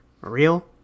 real